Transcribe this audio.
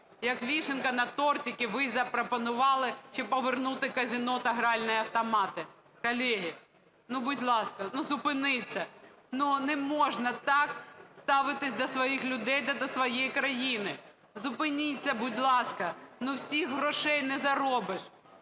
як вишенька на тортику, ви запропонували, щоб повернути казино та гральні автомати. Колеги, будь ласка, зупиніться, не можна так ставитися до своїх людей та до своєї країни. Зупиніться, будь ласка, всіх грошей не заробиш,